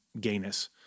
gayness